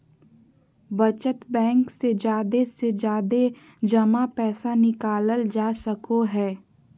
बचत बैंक से जादे से जादे जमा पैसा निकालल जा सको हय